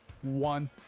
One